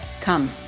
come